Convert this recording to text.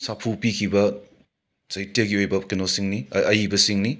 ꯁꯥꯐꯨ ꯄꯤꯈꯤꯕ ꯁꯍꯤꯇ꯭ꯌꯒꯤ ꯑꯣꯏꯕ ꯀꯩꯅꯣꯁꯤꯡꯅꯤ ꯑꯏꯕꯁꯤꯡꯅꯤ